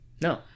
No